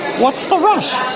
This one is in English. what's the rush?